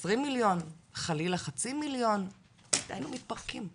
20 מיליון, חלילה 50 מיליון, היינו מתפרקים.